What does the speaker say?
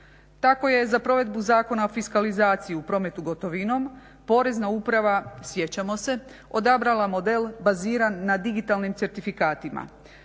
Tako je za provedbu Zakona o fiskalizaciji u prometu gotovinom porezna uprava, sjećamo se, odabrala model baziran na digitalnim certifikatima.